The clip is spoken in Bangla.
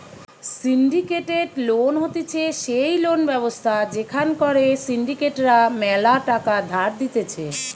সিন্ডিকেটেড লোন হতিছে সেই লোন ব্যবস্থা যেখান করে সিন্ডিকেট রা ম্যালা টাকা ধার দিতেছে